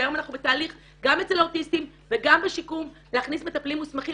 והיום אנחנו בתהליך גם אצל האוטיסטים וגם בשיקום להכניס מטפלים מוסמכים